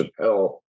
Chappelle